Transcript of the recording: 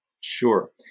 Sure